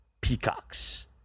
Peacocks